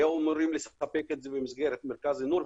היום הוא אמורים לספק את זה במסגרת מרכז נור,